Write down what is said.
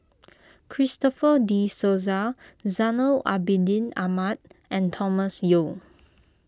Christopher De Souza Zainal Abidin Ahmad and Thomas Yeo